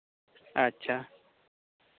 ᱟᱪᱪᱷᱟ